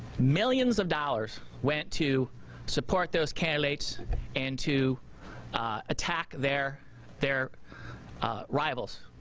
millions of dollars went to support those candidates and to attack their their rivals.